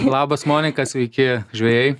labas monika sveiki žvejai